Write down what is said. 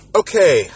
okay